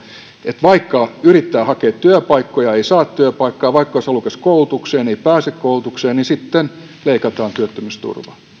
että vaikka yrittää hakea työpaikkoja ja ei saa työpaikkaa vaikka olisi halukas koulutukseen ja ei pääse koulutukseen niin sitten leikataan työttömyysturvaa